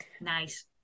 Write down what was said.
nice